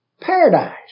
paradise